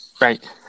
right